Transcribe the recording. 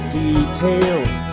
details